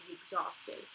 exhausted